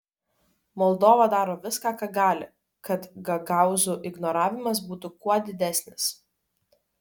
moldova daro viską ką gali kad gagaūzų ignoravimas būtų kuo didesnis